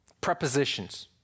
prepositions